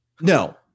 No